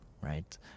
right